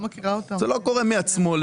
זה לא קורה מעצמו.